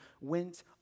went